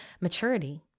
maturity